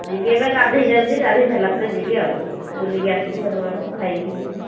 ଯିବି ଏବେ ଗାଧେଇକି ଆସୁଛି ଗାଧେଇ ସାରିଲା ପରେ ଯିବି ଆଉ ବୁଲିକି ଆସିବି ତୁମ ଆଡ଼ୁ ଖାଇପିଇକି ଆଉ